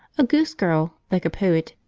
a goose girl, like a poet,